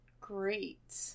great